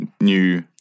new